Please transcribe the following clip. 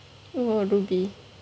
oh rubi